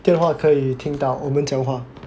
电话可以听到我们讲话